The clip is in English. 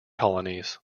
colonies